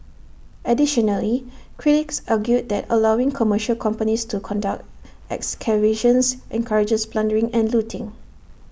additionally critics argued that allowing commercial companies to conduct excavations encourages plundering and looting